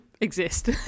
exist